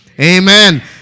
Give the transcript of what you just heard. Amen